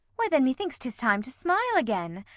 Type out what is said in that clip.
why, then methinks t is time to smile again.